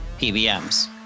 pbms